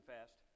fast